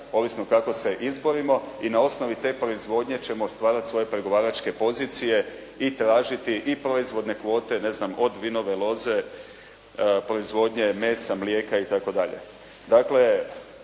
ovisno kako se izborimo i na osnovi te proizvodnje ćemo stvarati svoje pregovaračke pozicije i tražiti i proizvodne kvote, ne znam od vinove loze, proizvodnje mesa, mlijeka itd.